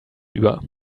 über